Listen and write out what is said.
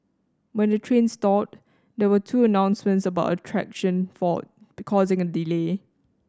when the train stalled there were two announcements about a traction fault be causing a delay